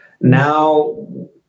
Now